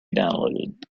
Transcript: downloaded